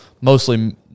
mostly